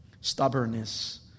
stubbornness